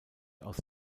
aus